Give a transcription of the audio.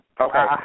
Okay